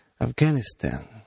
Afghanistan